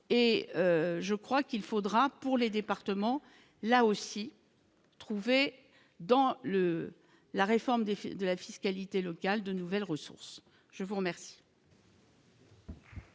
je crois qu'il faudra pour les départements, là aussi trouvé dans le la réforme des films de la fiscalité locale, de nouvelles ressources, je vous remercie.